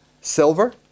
silver